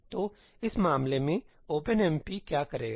तो इस मामले में ओपनएमपी क्या करेगा